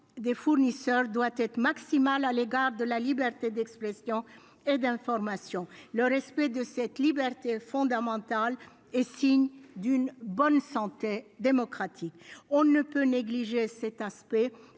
des fournisseurs doit être maximale à l'égard de la liberté d'expression et d'information. Le respect de cette liberté fondamentale est le signe d'une bonne santé démocratique. On ne peut négliger cet aspect